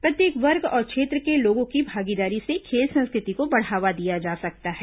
प्रत्येक वर्ग और क्षेत्र के लोगों की भागीदारी से खेल संस् कृ ति को बढ़ावा दिया जा सकता है